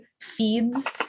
feeds